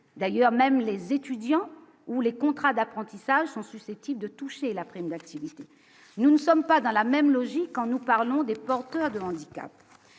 d'ailleurs, même les étudiants ou les contrats d'apprentissage sont susceptibles de toucher la prime d'activité, nous ne sommes pas dans la même logique, quand nous parlons des porteurs de l'handicap